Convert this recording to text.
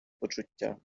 почуття